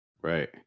right